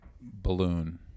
balloon